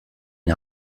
une